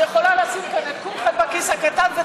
שיכולה לשים כאן את כולכם בכיס הקטן.